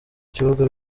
kibuga